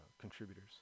contributors